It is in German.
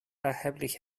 erheblich